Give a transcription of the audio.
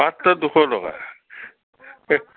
মাত্ৰ দুশ টকা